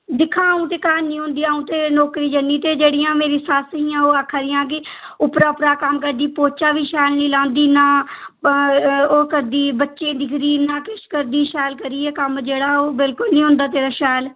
दिक्खां अ'ऊं ते घर निं औंदी अ'ऊं ते नौकरी जन्नी ते जेह्ड़ियां मेरियां सस्स हियां ओह् आक्खै दियां कि उप्परा उप्परा कम्म करदी पोच्चा बी शैल निं लांदी ना ओह् करदी बच्चें ई दिखदी ना किश करदी शैल करियै कम्म जेह्ड़ा ओह् बिल्कुल निं होंदा तेरा शैल